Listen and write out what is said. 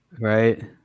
Right